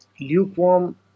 lukewarm